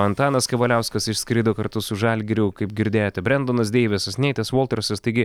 antanas kavaliauskas išskrido kartu su žalgiriu kaip girdėjote brendonas deivisas neitas voltersas taigi